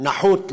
נחות לערבים,